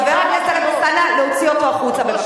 חבר הכנסת טלב אלסאנע, להוציא אותו החוצה בבקשה.